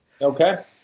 Okay